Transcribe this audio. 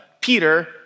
Peter